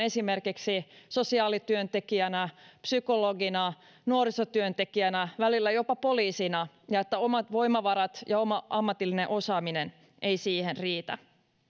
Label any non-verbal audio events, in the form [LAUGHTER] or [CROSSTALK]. [UNINTELLIGIBLE] esimerkiksi sosiaalityöntekijänä psykologina nuorisotyöntekijänä ja välillä jopa poliisina ja että omat voimavarat ja oma ammatillinen osaaminen ei siihen riitä